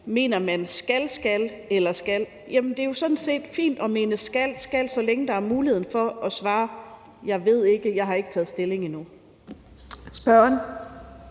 mener »skal skal« eller »skal«. Det er jo sådan set fint at mene »skal skal«, så længe der er mulighed for at svare: Ved ikke, jeg har ikke taget stilling endnu. Kl.